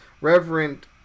Reverend